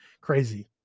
crazy